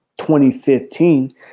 2015